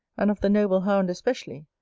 and of the noble hound especially,